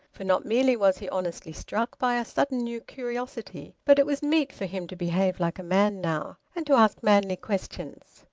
for not merely was he honestly struck by a sudden new curiosity, but it was meet for him to behave like a man now, and to ask manly questions.